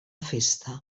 festa